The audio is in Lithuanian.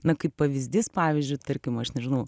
na kaip pavyzdys pavyzdžiui tarkim aš nežinau